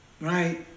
right